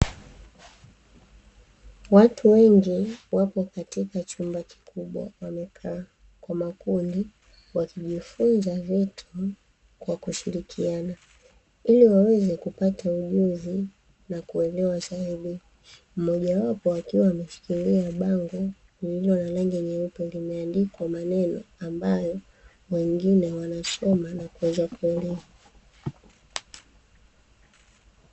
Watu wengi wapo katika chumba kikubwa kwa makundi wakijifunza vitu kwa kushirikiana ili waweze kupata ujuzi kuelewa zaidi. Mmoja wapo akiwa ameshikilia bango lililo na rangi nyeupe lililoandikwa maneno ambayo wengine wanasoma na kuweza kuelewa.